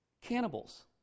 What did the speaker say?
Cannibals